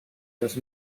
los